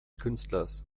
künstlers